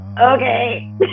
okay